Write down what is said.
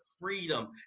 freedom